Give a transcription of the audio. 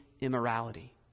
immorality